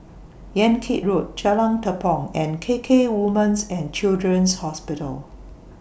Yan Kit Road Jalan Tepong and K K Women's and Children's Hospital